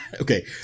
Okay